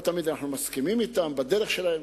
לא תמיד אנחנו מסכימים אתם בדרך שלהם,